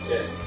Yes